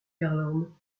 garland